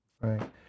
right